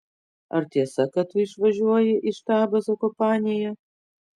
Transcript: ar tiesa kad tu išvažiuoji į štabą zakopanėje